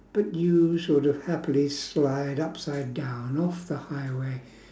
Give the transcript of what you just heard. but you sort of happily slide upside down off the highway